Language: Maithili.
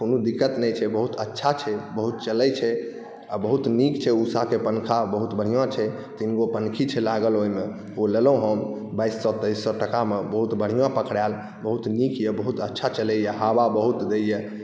कोनो दिक्कत नहि छै बहुत अच्छा छै बहुत चलै छै आओर बहुत नीक छै उषाके पँखा बहुत बढ़िआँ छै तीनगो पँखी छै लागल ओहिमे ओ लेलहुँ हम बाइस सओ तेइस सओ टकामे बहुत बढ़िआँ पकड़ाएल बहुत नीक अइ बहुत अच्छा चलैए हवा बहुत दैए